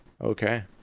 okay